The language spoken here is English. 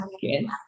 good